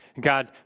God